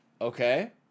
Okay